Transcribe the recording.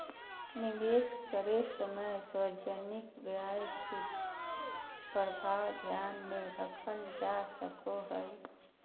निवेश करे समय सार्वजनिक व्यय के प्रभाव ध्यान में रखल जा सको हइ